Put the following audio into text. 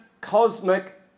cosmic